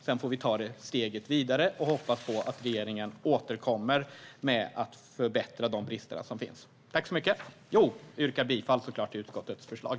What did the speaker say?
Sedan får vi ta det steget vidare och hoppas att regeringen återkommer och åtgärdar de brister som finns. Jag yrkar bifall till utskottets förslag.